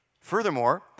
Furthermore